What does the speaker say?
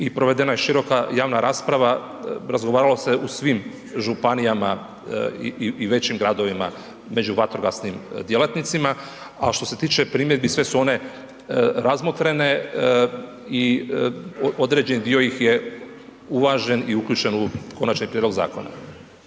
i provedena je široka javna rasprava, razgovaralo se u svim županijama i većim gradovima među vatrogasnim djelatnicima. A što se tiče primjedbi sve su one razmotrene i određeni dio ih je uvažen i uključen u konačni prijedlog zakona.